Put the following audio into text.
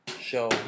show